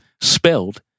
spelled